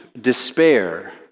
despair